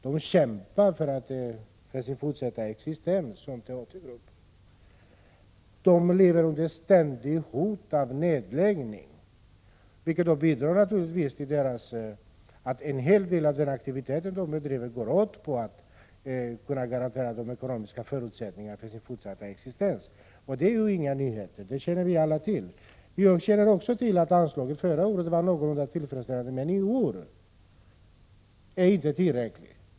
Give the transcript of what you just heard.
De får kämpa för sin existens och lever under det ständiga hotet om nedläggning. Det bidrar naturligtvis till att en hel del av deras aktiviteter går ut på att försöka skapa ekonomiska förutsättningar för sin fortsatta existens. 9-5 Det är något som vi alla känner till. Vi känner också till att förra årets anslag var någorlunda tillfredsställande. Men i år är det inte tillräckligt.